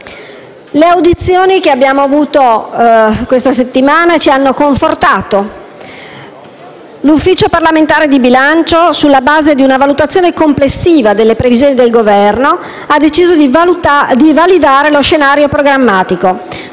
Le audizioni che abbiamo svolto questa settimana ci hanno confortato. L'Ufficio parlamentare di bilancio, sulla base di una valutazione complessiva delle previsioni del Governo, ha deciso di validare lo scenario programmatico,